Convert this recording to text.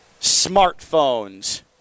smartphones